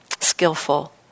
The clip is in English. Skillful